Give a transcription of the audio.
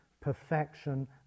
perfection